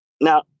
Now